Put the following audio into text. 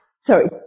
Sorry